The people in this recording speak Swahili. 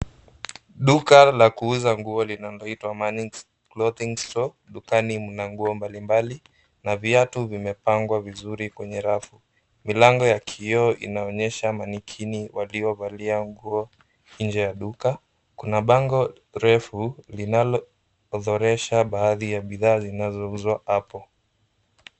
Duka la kuuza nguo linaloitwa Manix clothing store. Dukani mna nguo mbalimbali na viatu vimepangwa vizuri kwenye rafu. Milango ya kioo inaonyesha mannequins waliovalia nguo nje ya duka. Kuna bango refu linaloorodhesha baadhi ya bidhaa zinazouzwa hapo.